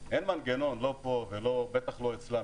אין מנגנון, לא פה ובטח לא אצלם.